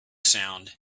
sound